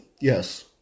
yes